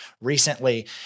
recently